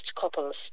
couples